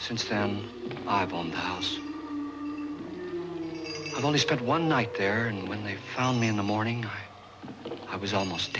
since then i've owned the house only spent one night there and when they found me in the morning i was almost